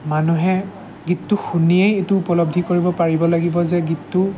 মানুহে গীতটো শুনিয়েই এইটো উপলব্ধি কৰিব পাৰিব লাগিব যে গীতটো